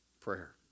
prayer